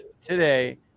today